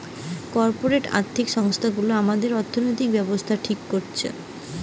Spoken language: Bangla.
কর্পোরেট আর্থিক সংস্থা গুলা আমাদের অর্থনৈতিক ব্যাবস্থা ঠিক করতেছে